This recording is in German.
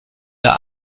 der